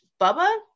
Bubba